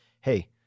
hey